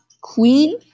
queen